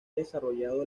desarrollado